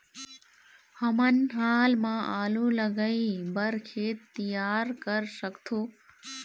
हमन हाल मा आलू लगाइ बर खेत तियार कर सकथों?